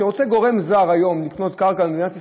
היום כשרוצה גורם זר לקנות קרקע במדינת ישראל,